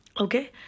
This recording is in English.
Okay